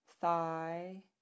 thigh